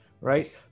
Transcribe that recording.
right